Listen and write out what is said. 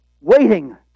waiting